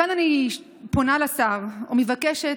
כאן אני פונה לשר ומבקשת,